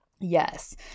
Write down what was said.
yes